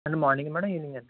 అంటే మార్నింగా మ్యాడం ఈవెనింగా